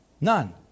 None